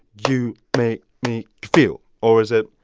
you make me feel, or is it,